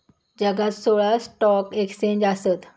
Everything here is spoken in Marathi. जगात सोळा स्टॉक एक्स्चेंज आसत